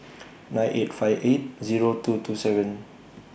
nine eight five eight Zero two two seven